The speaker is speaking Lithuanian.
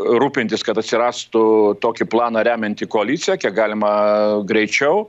rūpintis kad atsirastų tokį planą remianti koalicija kiek galima greičiau